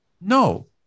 No